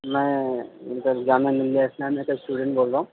میں مطلب جامعہ ملیہ اسلامیہ کا اسٹوڈنٹ بول رہا ہوں